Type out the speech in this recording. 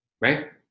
Right